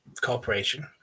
corporation